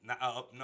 no